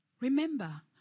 Remember